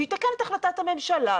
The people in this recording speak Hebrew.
שיתקן את החלטת הממשלה,